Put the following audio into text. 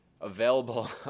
available